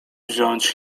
wziąć